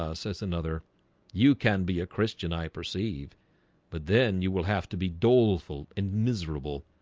ah says another you can be a christian i perceive but then you will have to be doleful and miserable.